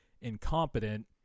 incompetent